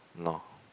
no